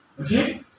Okay